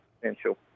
potential